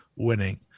winning